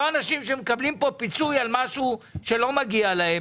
לא אנשים שמקבלים פה פיצוי על משהו שלא מגיע להם.